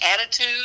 attitude